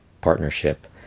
partnership